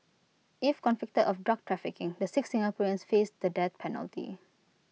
if convicted of drug trafficking the six Singaporeans face the death penalty